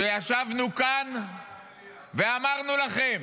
שישבנו כאן ואמרנו לכם: